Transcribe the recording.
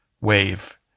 wave